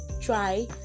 try